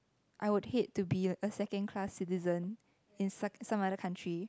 I would hate to be a a second class citizen in some some other country